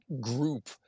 group